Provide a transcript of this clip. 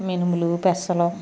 మినుములు పెసలు